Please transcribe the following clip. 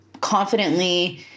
confidently